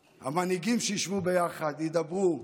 המנהיגים, שישבו ביחד, ידברו,